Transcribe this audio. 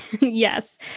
Yes